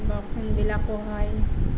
boxing বিলাকো হয়